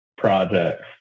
projects